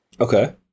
Okay